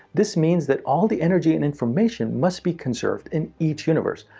this means that all the energy and information must be conserved in each universe.